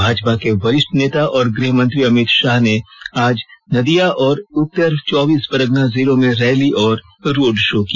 भाजपा के वरिष्ठ नेता और गृह मंत्री अमित शाह ने आज नादिया और उत्तर चौबीस परगना जिलों में रैली और रोड शो किया